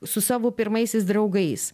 su savo pirmaisiais draugais